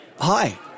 Hi